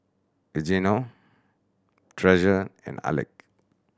Eugenio Treasure and Alek